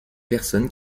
personnes